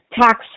tax